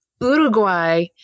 Uruguay